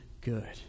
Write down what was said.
good